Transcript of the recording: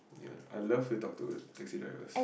ya I love to talk to taxi drivers